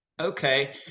Okay